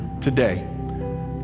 today